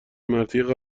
مرتیکه